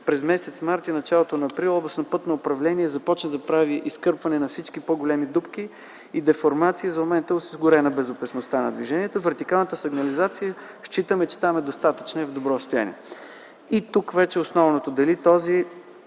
През м. март и началото на м. април т.г. Областно пътно управление започна да прави изкърпване на всички по-големи дупки и деформации. За момента е осигурена безопасността на движението. Вертикалната сигнализация считаме, че там е достатъчна и е в добро състояние. И тук вече основното: дали